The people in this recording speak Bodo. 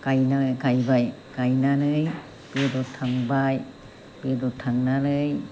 गायबाय गायनानै बेदर थांबाय बेदर थांनानै